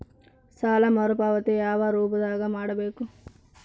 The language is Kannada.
ಸಾಲ ಮರುಪಾವತಿ ಯಾವ ರೂಪದಾಗ ಮಾಡಬೇಕು?